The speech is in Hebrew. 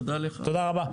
תודה רבה.